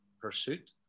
pursuit